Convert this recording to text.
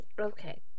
Okay